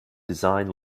design